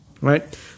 Right